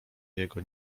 jego